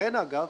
לכן אגב,